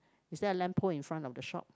is there a lamp pole in front of the shop